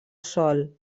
sol